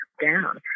down